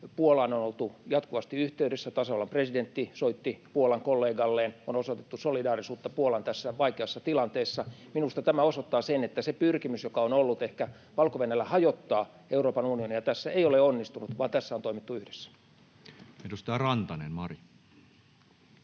Puolaan on oltu jatkuvasti yhteydessä. Tasavallan presidentti soitti Puolan kollegalleen — on osoitettu solidaarisuutta Puolaan tässä vaikeassa tilanteessa. Minusta tämä osoittaa sen, että se pyrkimys, joka on ollut ehkä Valko-Venäjällä, hajottaa Euroopan unionia tässä, ei ole onnistunut, vaan tässä on toimittu yhdessä. [Speech 68] Speaker: